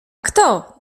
kto